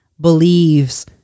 believes